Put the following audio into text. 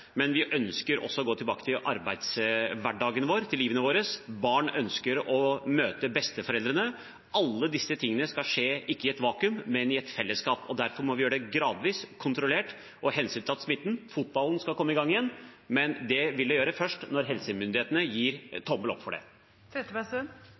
gå tilbake til arbeidshverdagen vår, til livet vårt. Barna ønsker å møte besteforeldrene. Alt dette skal skje ikke i et vakuum, men i et fellesskap. Derfor må vi gjøre det gradvis, kontrollert og hensyntatt smitten. Fotballen skal komme i gang igjen, men det vil den gjøre først når helsemyndighetene gir